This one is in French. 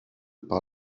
par